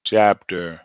Chapter